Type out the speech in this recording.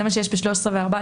זה מה שיש ב-13 ו-14.